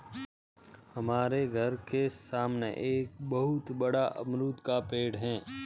हमारे घर के सामने एक बहुत बड़ा अमरूद का पेड़ है